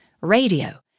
radio